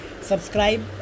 subscribe